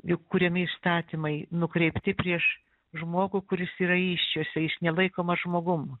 juk kuriami įstatymai nukreipti prieš žmogų kuris yra įsčiose jis nelaikomas žmogum